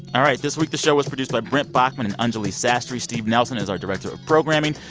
all right. this week, the show was produced by brent baughman and anjuli sastry. steve nelson is our director of programming.